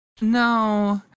No